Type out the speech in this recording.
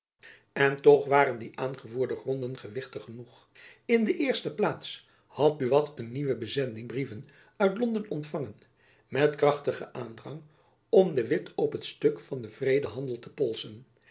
en toch waren die aangevoerde gronden gewichtig genoeg in de eerste plaats had buat een nieuwe bezending brieven uit londen ontfangen met krachtigen aandrang om de witt op het stuk van den vredehandel te polsen